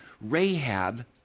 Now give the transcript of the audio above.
Rahab